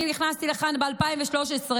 אני נכנסתי לפה ב-2013,